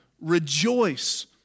rejoice